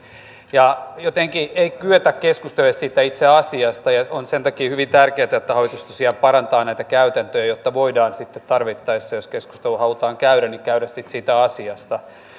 jotenkin ei kyetä keskustelemaan siitä itse asiasta ja sen takia on hyvin tärkeätä että hallitus tosiaan parantaa näitä käytäntöjä jotta voidaan sitten tarvittaessa jos keskustelua halutaan käydä käydä sitten siitä asiasta